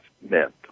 meant